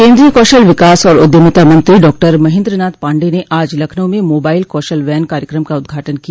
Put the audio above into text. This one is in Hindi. केन्द्रीय कौशल विकास और उद्यमिता मंत्री डाक्टर महेन्द्रनाथ पांडेय ने आज लखनऊ में मोबाइल कौशल वैन कार्यकम का उद्घाटन किया